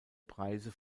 preise